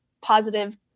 positive